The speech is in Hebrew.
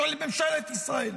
של ממשלת ישראל,